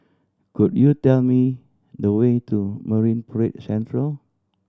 could you tell me the way to Marine Parade Central